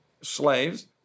slaves